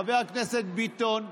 חבר הכנסת ביטון.